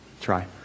try